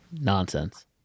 Nonsense